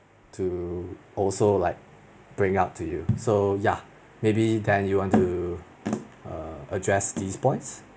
to also like bring out to you so ya maybe then you want to err address these points